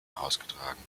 ausgetragen